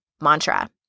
mantra